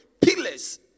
pillars